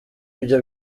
ibyo